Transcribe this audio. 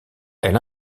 elle